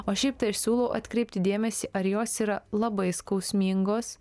o šiaip tai aš siūlau atkreipti dėmesį ar jos yra labai skausmingos